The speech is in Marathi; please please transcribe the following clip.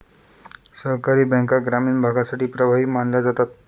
सहकारी बँका ग्रामीण भागासाठी प्रभावी मानल्या जातात